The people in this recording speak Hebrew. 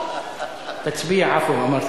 ההצעה להעביר את